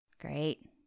Great